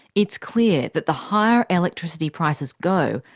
it's clear that the higher electricity prices go,